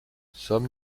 some